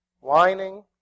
whining